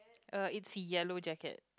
uh it's yellow jacket